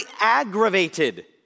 aggravated